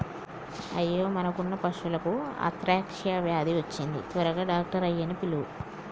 అయ్యో మనకున్న పశువులకు అంత్రాక్ష వ్యాధి వచ్చింది త్వరగా డాక్టర్ ఆయ్యన్నీ పిలువు